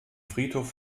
friedhof